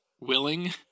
willing